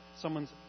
someone's